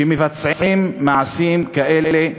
שמבצעים מעשים כאלה.